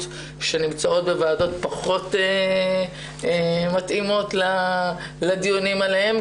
שנמצאות בוועדות פחות מתאימות לדיונים עליהן,